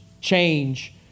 change